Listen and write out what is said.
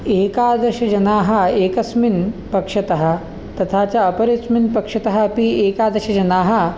एकादश जनाः एकस्मिन् पक्षतः तथा च अपरस्मिन् पक्षतः अपि एकादश जनाः